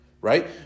right